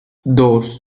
dos